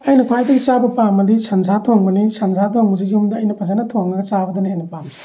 ꯑꯩꯅ ꯈ꯭ꯋꯥꯏꯗꯒꯤ ꯆꯥꯕ ꯄꯥꯝꯕꯗꯤ ꯁꯟꯁꯥ ꯊꯣꯡꯕꯅꯤ ꯁꯟꯁꯥ ꯊꯣꯡꯕꯁꯤ ꯌꯨꯝꯗ ꯑꯩꯅ ꯐꯖꯅ ꯊꯣꯛꯉꯒ ꯆꯥꯕꯗꯨꯅ ꯍꯦꯟꯅ ꯄꯥꯝꯃꯤ